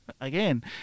again